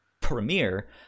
Premiere